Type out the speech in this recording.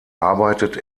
arbeitet